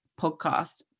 podcast